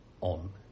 on